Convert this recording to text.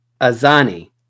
Azani